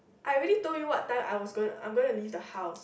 I already told you what time I was I'm going to leave the house